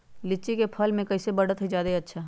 लिचि क फल म कईसे बढ़त होई जादे अच्छा?